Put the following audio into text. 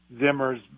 Zimmer's